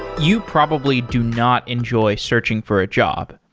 you probably do not enjoy searching for a job.